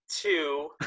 two